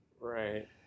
Right